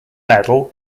medal